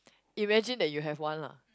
imagine that you have one lah